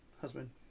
husband